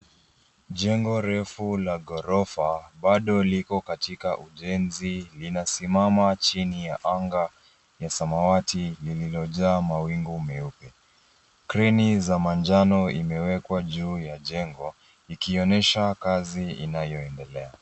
Jengo refu la ghorofa bado liko katika ujenzi. Linasimama chini ya anga la samawati lililojaa mawingu meupe. Kreni za manjano imewekwa juu ya jengo ikionyesha kazi inayoendelea.